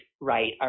right